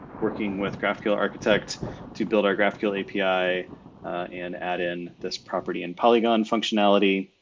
working with graphql architect to build our graphql api and add in this property and polygon functionality.